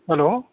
hello